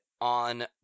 on